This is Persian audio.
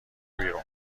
بیرون